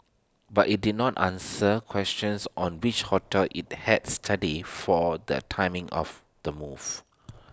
but IT did not answer questions on which hotels IT had studied for the timing of the move